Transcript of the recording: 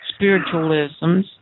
spiritualisms